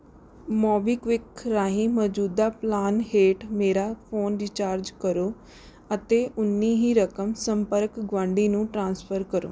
MobiKwik ਰਾਹੀਂ ਮੌਜੂਦਾ plan ਹੇਠ ਮੇਰਾ ਫ਼ੋਨ ਰੀਚਾਰਜ ਕਰੋ ਅਤੇ ਓਨੀ ਹੀ ਰਕਮ ਸੰਪਰਕ ਗੁਆਂਢੀ ਨੂੰ ਟ੍ਰਾਂਸਫ਼ਰ ਕਰੋ